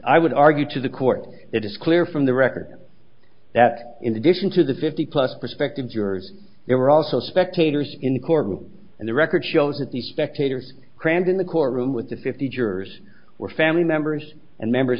i would argue to the court it is clear from the record that in addition to the fifty plus prospective jurors there were also spectators in the courtroom and the record shows that the spectators crammed in the courtroom with the fifty jurors were family members and members